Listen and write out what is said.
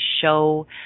show